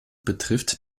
betrifft